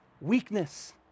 Weakness